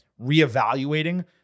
reevaluating